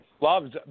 Love's